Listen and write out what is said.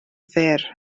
fyr